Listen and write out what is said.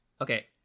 Okay